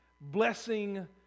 blessing